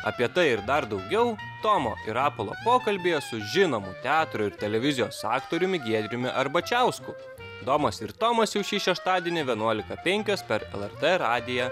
apie tai ir dar daugiau tomo ir rapolo pokalbyje su žinomu teatro ir televizijos aktoriumi giedriumi arbačiausku domas ir tomas jau šį šeštadienį vienuolika penkios per lrt radiją